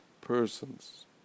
persons